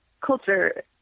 culture